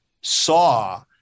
saw